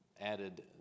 added